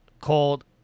called